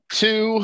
two